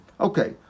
Okay